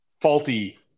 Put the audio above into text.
faulty